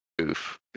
oof